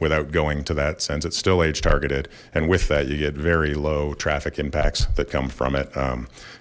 without going to that sense it's still age targeted and with that you get very low traffic impacts that come from it